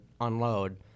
unload